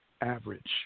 average